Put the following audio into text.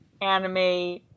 anime